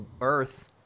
Earth